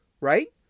right